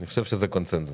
אני חושב שזה קונצנזוס.